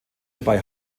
dabei